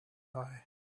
die